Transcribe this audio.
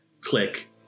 Click